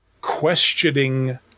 questioning